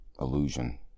illusion